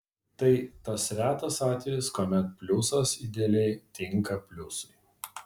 tai tas retas atvejis kuomet pliusas idealiai tinka pliusui